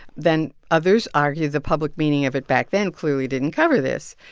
then others argue the public meaning of it back then clearly didn't cover this.